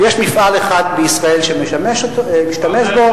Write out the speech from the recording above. ויש מפעל אחד בישראל שמשתמש בו,